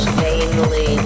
vainly